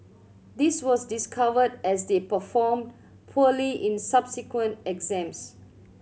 this was discovered as they performed poorly in subsequent exams